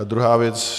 Druhá věc.